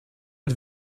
het